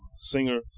Singer